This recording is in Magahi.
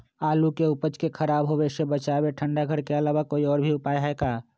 आलू के उपज के खराब होवे से बचाबे ठंडा घर के अलावा कोई और भी उपाय है का?